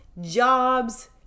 jobs